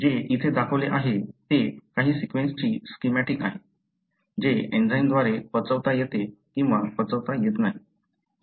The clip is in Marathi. जे इथे दाखवले आहे ते काही सीक्वेन्सची स्कीमॅटीक आहे जे एंजाइमद्वारे पचवता येते किंवा पचवता येत नाही